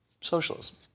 Socialism